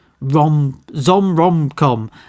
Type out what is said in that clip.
rom-zom-rom-com